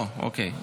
פה, אוקיי.